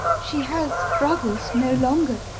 she has brothers no longer.